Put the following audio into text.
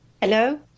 hello